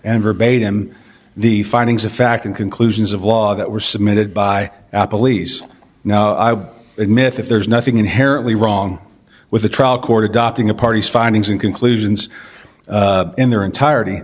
and verbatim the findings of fact and conclusions of law that were submitted by apple lees now admit that there's nothing inherently wrong with a trial court adopting a party's findings and conclusions in their entirety